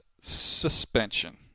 suspension